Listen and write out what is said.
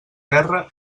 terra